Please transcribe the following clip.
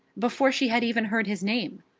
before she had even heard his name.